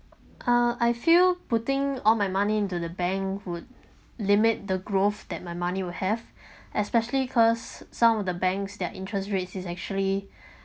uh I feel putting all my money into the bank would limit the growth that my money will have especially cause some of the banks their interest rates is actually